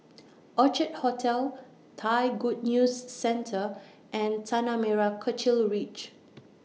Orchard Hotel Thai Good News Centre and Tanah Merah Kechil Ridge